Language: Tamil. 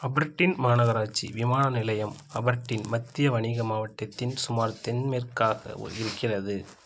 அப்ரட்டீன் மாநகராட்சி விமான நிலையம் அபர்டீன் மத்திய வணிக மாவட்டத்தின் சுமார் தென்மேற்காக ஓ இருக்கிறது